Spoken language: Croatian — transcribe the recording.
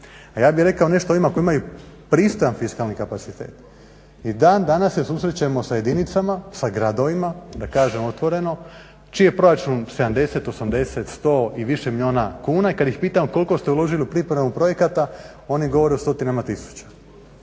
A ja bi rekao nešto o ovima koji imaju pristojan fiskalni kapacitet. I dan danas se susrećemo sa jedinicama, sa gradovima da kažem otvoreno čiji je proračun 60, 80, 100 i više milijuna kuna i kada ih pitamo koliko ste uložili u pripremu projekata oni govore o stotinama tisuća.